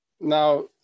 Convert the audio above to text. now